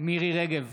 מירי מרים רגב,